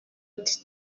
ati